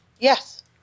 Yes